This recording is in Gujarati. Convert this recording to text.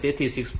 તેથી 6